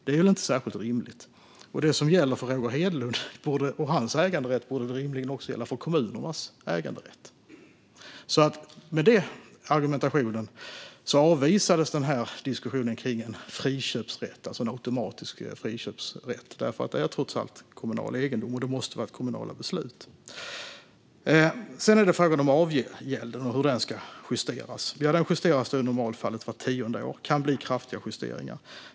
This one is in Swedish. Det är väl inte särskilt rimligt, och det som gäller för Roger Hedlund och hans äganderätt borde rimligen också gälla för kommunernas äganderätt. Med den argumentationen avvisades diskussionen kring en automatisk friköpsrätt. Det är trots allt kommunal egendom, och det måste vara kommunala beslut. Så har vi frågan om avgälden och hur den ska justeras. Den justeras i normalfallet vart tionde år, och det kan bli kraftiga justeringar.